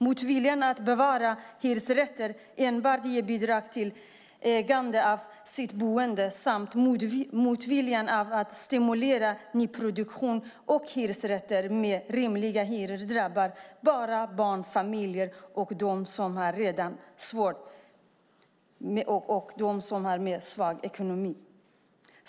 Motviljan att bevara hyresrätter och enbart ge bidrag till dem som äger sitt boende samt motviljan att stimulera nyproduktion och hyresrätter med rimliga hyror drabbar bara barnfamiljer och de som har en svag ekonomi.